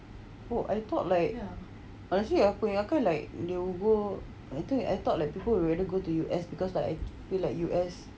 oh I thought like actually yang aku akan like will go itu I thought like people would really go to U_S because like we like U_S